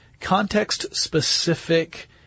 context-specific